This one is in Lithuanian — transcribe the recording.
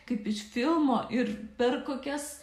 kaip iš filmo ir per kokias